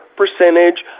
percentage